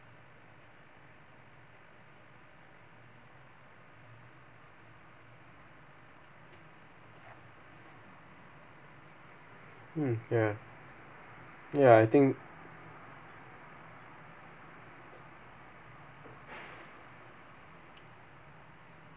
mm ya ya I think